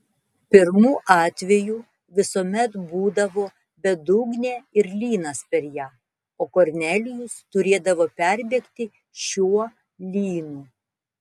pirmu atveju visuomet būdavo bedugnė ir lynas per ją o kornelijus turėdavo perbėgti šiuo lynu